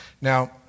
Now